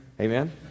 Amen